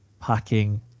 packing